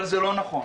אבל זה לא נכון.